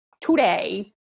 today